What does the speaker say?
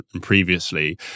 previously